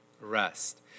rest